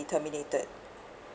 terminated